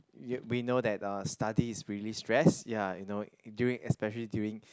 ya we know that study is really stress ya you know during especially during